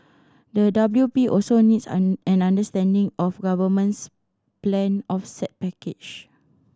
the W P also needs an understanding of government's planned offset package